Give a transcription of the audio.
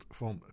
van